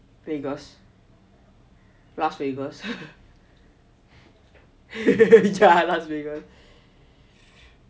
vegas las vegas las vegas